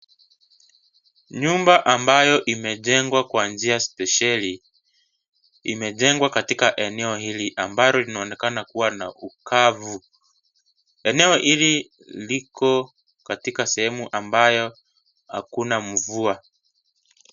Nyumba ambayo imejengwa kwa njia spesheli. Imejengwa katika eneo hili ambalo linaonekana kuwa na ukavu. Eneo hili, liko katika sehemu ambayo hakuna mvua.